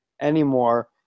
anymore